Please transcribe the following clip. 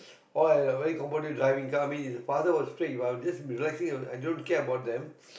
oh I I very comfortable driving so I mean if the father was strict If I was just relaxing i i don't care about them